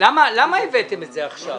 --- למה הבאתם את זה עכשיו?